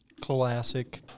Classic